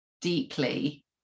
deeply